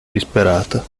disperata